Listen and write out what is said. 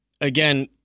again